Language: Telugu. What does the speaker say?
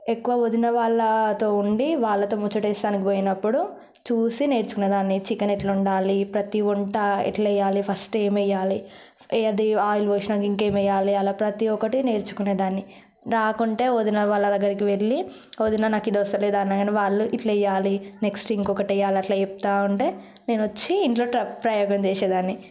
ఎక్కువ వదినవాళ్ళతో ఉండి వాళ్ళతో ముచ్చట వేస్తానికి పోయినప్పుడు చూసి నేర్చుకునే దాన్ని చికెన్ ఎట్లా వండాలి ప్రతీ వంట ఎట్లా చేయాలి ఫస్టు ఏమి వేయాలి అది ఆయిల్ పోసినాక ఇంక ఏమి వేయాలి అలా ప్రతి ఒకటి నేర్చుకునే దాన్ని రాకుంటే వదినవాళ్ళ దగ్గరకు వెళ్ళి వదిన నాకిది వస్తలేదు అనంగానే ఇట్లా చేయాలి నెక్స్టు ఇంకోటి వేయాలి అని అట్లా చెప్తా ఉంటే నేను వచ్చి ఇంట్లో టై ప్రయోగం చేసేదాన్ని